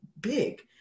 big